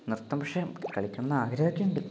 നൃത്തം പക്ഷെ കളിക്കണം എന്ന് ആഗ്രഹമൊക്കെ ഉണ്ട്